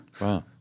Wow